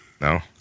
No